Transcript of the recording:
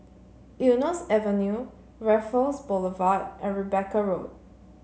Eunos Avenue Raffles Boulevard and Rebecca Road